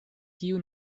kiu